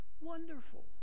wonderful